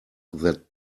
that